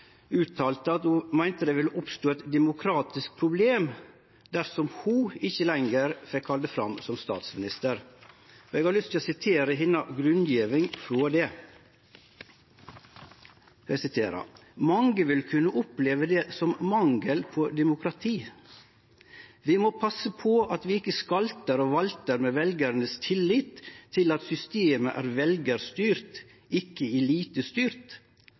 at ho meinte det ville oppstå eit demokratisk problem dersom ho ikkje lenger fekk halde fram som statsminister. Eg har lyst til å sitere grunngjevinga hennar for det: «Mange vil kunne oppleve det som mangel på demokrati. Vi må passe på at vi ikke skalter og valter med velgernes tillit til at systemet er